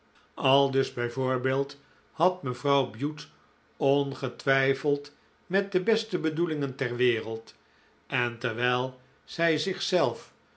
aldus bijvoorbeeld had mevrouw bute ongetwijfeld met de beste bedoelingen ter wereld en terwijl zij